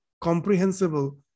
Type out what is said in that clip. comprehensible